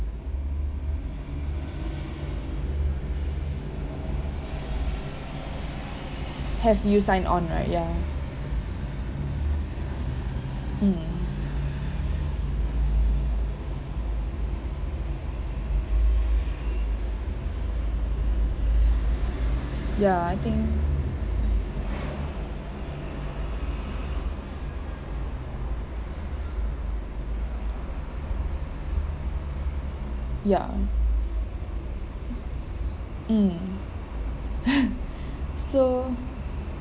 have you sign on right ya mm ya I think ya mm so